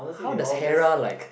how does Hera like